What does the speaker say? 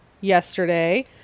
yesterday